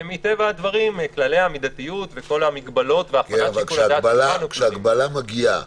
מטבע הדברים כללי המידתיות וכל המגבלות --- כשהגבלה מגיעה